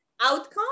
outcome